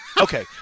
okay